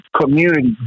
community